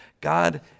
God